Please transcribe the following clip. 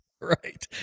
right